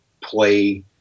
play